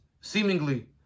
seemingly